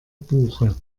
buche